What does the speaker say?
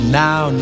now